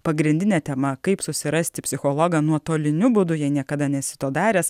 pagrindinė tema kaip susirasti psichologą nuotoliniu būdu jei niekada nesi to daręs